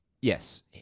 Yes